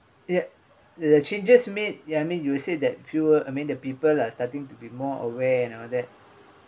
yet the changes made ya I mean you said that fewer I mean the people are starting to be more aware and all that